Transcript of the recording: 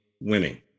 winning